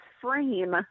frame